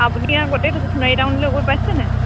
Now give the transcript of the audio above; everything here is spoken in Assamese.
আপুনি আগতেতো সোনাৰী টাউনলৈ গৈ পাইছে নাই